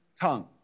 Tongue